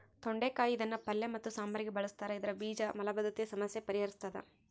ತೊಂಡೆಕಾಯಿ ಇದನ್ನು ಪಲ್ಯ ಮತ್ತು ಸಾಂಬಾರಿಗೆ ಬಳುಸ್ತಾರ ಇದರ ಬೀಜ ಮಲಬದ್ಧತೆಯ ಸಮಸ್ಯೆ ಪರಿಹರಿಸ್ತಾದ